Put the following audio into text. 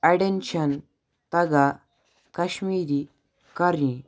اَڈین چھنہٕ تَگان کَشمیٖری کَرنی